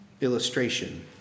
illustration